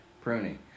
pruning